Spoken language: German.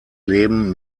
leben